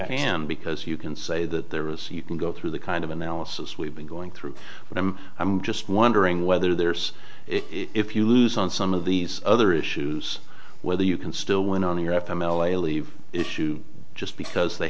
hand because you can say that there was so you can go through the kind of analysis we've been going through but i'm i'm just wondering whether there's if you lose on some of these other issues whether you can still win on your f m l a leave issue just because they